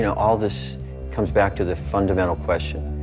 you know all this comes back to the fundamental question.